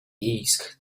esk